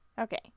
Okay